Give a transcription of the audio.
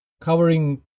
covering